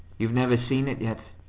you've never seen it yet.